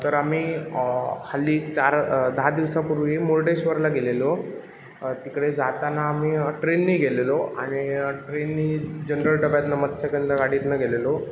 तर आम्ही हल्ली चार दहा दिवसापूर्वी मुर्डेश्वरला गेलेलो तिकडे जाताना आम्ही ट्रेनने गेलेलो आणि ट्रेनने जनरल डब्यातनं मत्स्यगंधा गाडीतनं गेलेलो